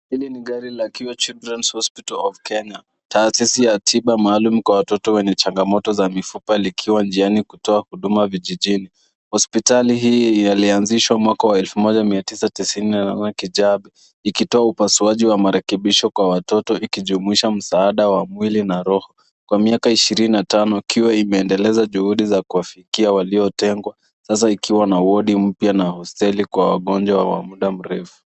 Hili ni gari la Cure Children's Hospital of Kenya, taasisi ya tiba maalum kwa watoto wenye changamoto za mifupa, likiwa njiani kutoa huduma vijijini. Hospitali hii yalianzishwa mwaka wa elfu moja tisini na nane Kijabe, ikitoa marekebisho kwa watoto ikijumuisha msaada wa mwili na roho. Kwa miaka ishirini na tano, Cure imeendeleza juhudi za kuwafikia waliotengwa, sasa ikiwa na wodi mpya na hosteli kwa wagonjwa wa muda mrefu.